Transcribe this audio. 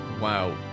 Wow